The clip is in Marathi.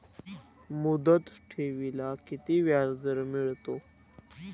मुदत ठेवीला किती व्याजदर मिळतो?